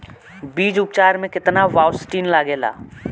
बीज उपचार में केतना बावस्टीन लागेला?